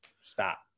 stop